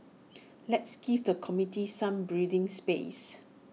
let's give the committee some breathing space